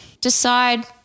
decide